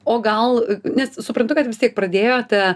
o gal nes suprantu kad vis tiek pradėjote